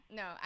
no